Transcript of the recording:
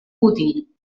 útil